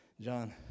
John